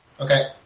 Okay